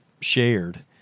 shared